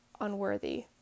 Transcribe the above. unworthy